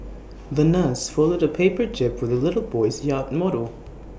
the nurse folded A paper jib for the little boy's yacht model